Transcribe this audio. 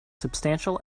substantial